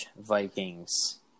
Vikings